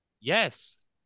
Yes